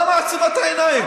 למה עצימת העיניים?